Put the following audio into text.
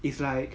it's like